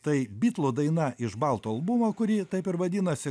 tai bitlų daina iš balto albumo kuri taip ir vadinasi